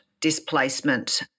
displacement